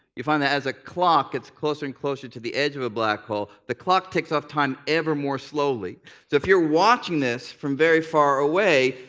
you find that as a clock gets closer and closer to the edge of a black hole, the clocks ticks off time ever more slowly. so if you're watching this from very far away,